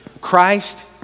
Christ